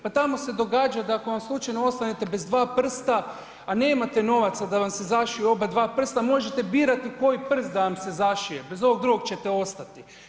Pa tamo se događa da ako slučajno ostanete bez dva prsta, a nemate novaca da vam se zašiju oba dva prsta možete birati koji prst da vam se zašije bez ovog drugog ćete ostati.